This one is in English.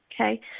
Okay